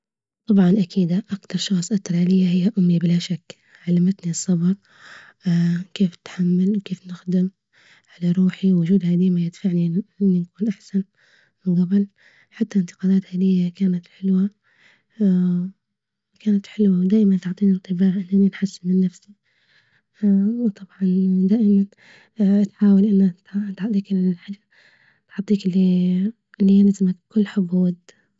طبعا أكيد أكثر شخص أثر عليا هي أمي بلا شك علمتني الصبر كيف نتحمل كيف نخدم على روحي، وجودها دايما يدفعني إني نكون أحسن جبل، حتى انتقاداتها ليَّ كانت حلوة كانت حلوة ودايما تعطيني إنطباع إني نحسن من نفسي، وطبعا دائما تحاول إنها تعطيك ال تعطيك بكل حب وود.